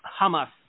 Hamas